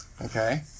Okay